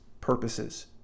purposes